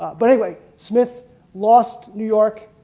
but anyway, smith lost new york.